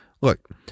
Look